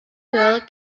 girl